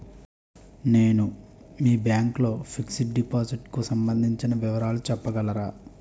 నేను మీ బ్యాంక్ లో ఫిక్సడ్ డెపోసిట్ కు సంబందించిన వివరాలు చెప్పగలరా?